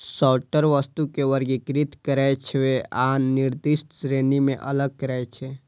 sorter वस्तु कें वर्गीकृत करै छै आ निर्दिष्ट श्रेणी मे अलग करै छै